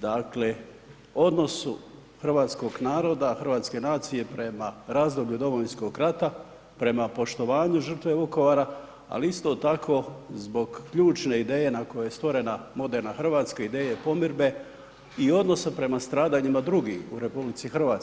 dakle odnosu hrvatskog naroda, hrvatske nacije prema razdoblju Domovinskog rata, prema poštovanju žrtve Vukovara ali isto tako zbog ključne ideje na kojoj je stvorena moderna Hrvatska, ideje pomirbe i odnosa prema stradanjima drugih u RH.